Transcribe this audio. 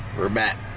we're met